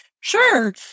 sure